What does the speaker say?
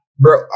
Bro